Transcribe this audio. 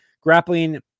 grappling